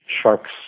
sharks